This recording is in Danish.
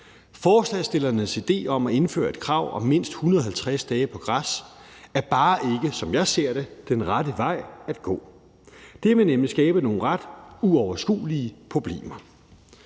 Forslagsstillernes idé om at indføre et krav om mindst 150 dage på græs er bare ikke, som jeg ser det, den rette vej at gå. Det vil nemlig skabe nogle ret uoverskuelige problemer.